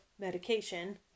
medication